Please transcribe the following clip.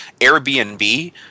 Airbnb